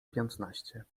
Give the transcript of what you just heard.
piętnaście